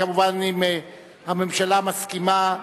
כמובן, אם הממשלה מסכימה,